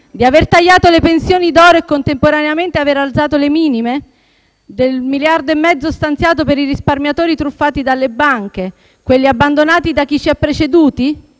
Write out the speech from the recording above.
Di aver tagliato le pensioni d'oro e contemporaneamente aver alzato le minime? Degli 1,5 miliardi stanziati per i risparmiatori truffati dalle banche, quelli abbandonati da chi ci ha preceduti?